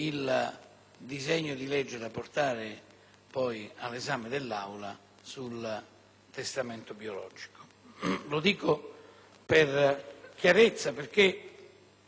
Lo dico per chiarezza, perché questa proposta nasce da un'esigenza che noi abbiamo inteso rispettare.